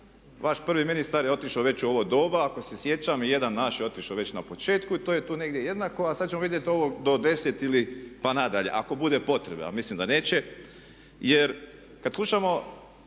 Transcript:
Vaš prvi ministar je otišao već u ovo doba ako se sjećam, jedan naš je otišao već na početku i to je tu negdje jednako, a sad ćemo vidjeti ovo do 10 ili pa nadalje ako bude potrebe, a mislim da neće. Jer kad slušamo